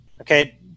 Okay